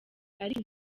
ariko